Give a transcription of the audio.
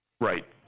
Right